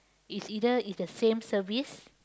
is either is the same service